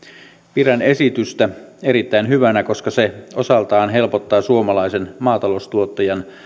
pidän esitystä erittäin hyvänä koska se osaltaan helpottaa suomalaisen maataloustuottajan